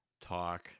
talk